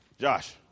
Josh